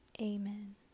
Amen